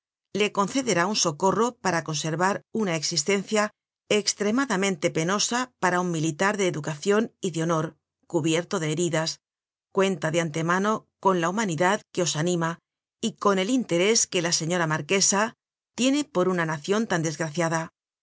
le concederá un socorro para conservar una existencia extremadamente penosa para un militar de educacion y de honor cubierto de heridas cuenta de antemano con la humanidad que os anima y con el interés que la señora marquesa tiene por una nacion tan desgraciada